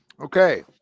Okay